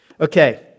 Okay